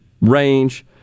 range